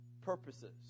purposes